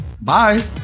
Bye